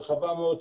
רחבה מאוד,